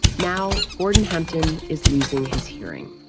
now, gordon hempton is losing his hearing.